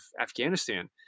Afghanistan